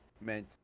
meant